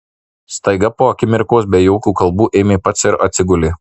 staiga po akimirkos be jokių kalbų ėmė pats ir atsigulė